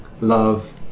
Love